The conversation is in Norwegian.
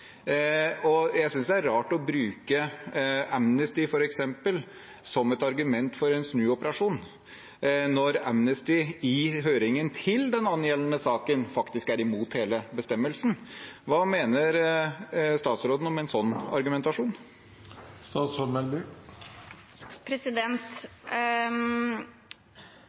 Jeg synes det er rart å bruke Amnesty f.eks., som et argument for en snuoperasjon når Amnesty i høringen til den angjeldende saken faktisk er imot hele bestemmelsen. Hva mener statsråden om en sånn argumentasjon?